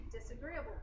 disagreeable